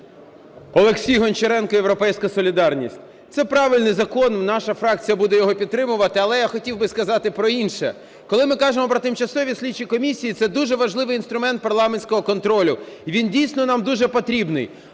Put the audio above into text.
Олексій Гончаренко, "Європейська солідарність". Це правильний закон і наша фракція буде його підтримувати. Але я хотів би сказати про інше. Коли ми кажемо про тимчасові слідчі комісії – це дуже важливий інструмент парламентського контролю і він дійсно нам дуже потрібний.